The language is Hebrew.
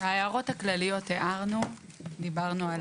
ההערות הכלליות הערנו, דיברנו.